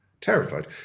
terrified